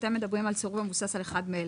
כשאתם מדברים על סירוב המבוסס על אחד מאלה,